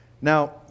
Now